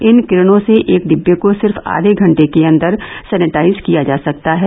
इन किरणों से एक डिब्बे को सिर्फ आघे घंटे के अंदर सेनीटाइज किया जा सकता है